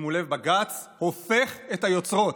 שימו לב, בג"ץ הופך את היוצרות: